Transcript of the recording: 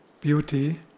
beauty